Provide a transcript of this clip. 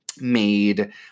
made